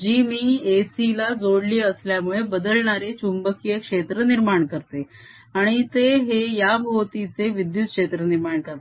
जी इथे AC ला जोडली असल्यामुळे बदलणारे चुंबकीय क्षेत्र निर्माण करते आणि ते हे याभोवतीचे विद्युत क्षेत्र निर्माण करते